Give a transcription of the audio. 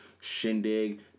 shindig